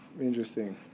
Interesting